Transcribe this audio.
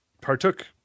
partook